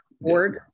board